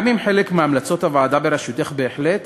גם אם חלק מהמלצות הוועדה בראשותך הן בהחלט